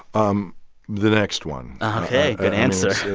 um the next one ok. good answer